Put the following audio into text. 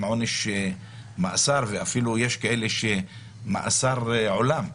עונש מאסר ואפילו יש כאלה שמאסר עולם,